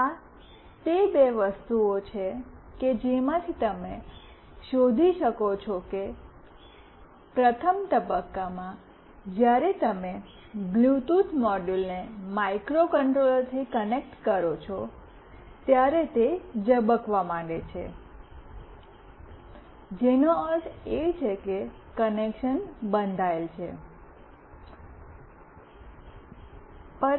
આ તે બે વસ્તુઓ છે કે જેમાંથી તમે શોધી શકો છો કે પ્રથમ તબક્કામાં જ્યારે તમે બ્લૂટૂથ મોડ્યુલને માઇક્રોકન્ટ્રોલરથી કનેક્ટ કરો છો જ્યારે તે ઝબકવા માંડે છે કે જેનો અર્થ એ છે કે કનેક્શન બંધાયેલ છે